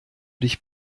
dich